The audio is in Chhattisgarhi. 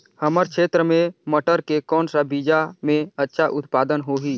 हमर क्षेत्र मे मटर के कौन सा बीजा मे अच्छा उत्पादन होही?